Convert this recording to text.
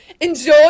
enjoy